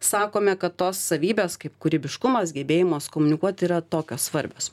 sakome kad tos savybės kaip kūrybiškumas gebėjimas komunikuot yra tokios svarbios